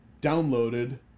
downloaded